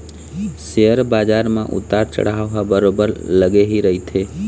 share बजार म उतार चढ़ाव ह बरोबर लगे ही रहिथे